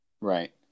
right